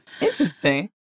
Interesting